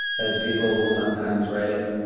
as people will sometimes write it.